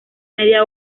media